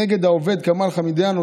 שנגד העובד כמאל חמידיאן,